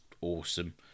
awesome